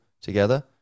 together